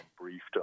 briefed